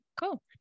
Cool